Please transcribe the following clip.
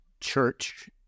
church